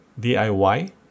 DIY